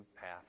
path